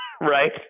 Right